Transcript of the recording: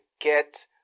get